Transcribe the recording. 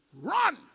run